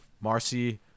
Marcy